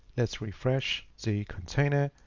let's refresh the container.